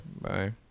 bye